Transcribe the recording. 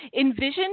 Envision